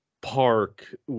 park